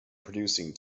producing